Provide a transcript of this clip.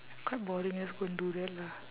quite boring eh let's go and do that lah